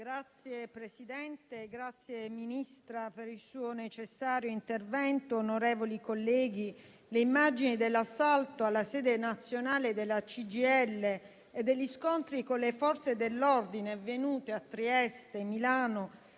ringrazio la signora Ministra per il suo necessario intervento. Onorevoli colleghi, le immagini dell'assalto alla sede nazionale della CGIL e degli scontri con le Forze dell'ordine avvenuti a Trieste, a Milano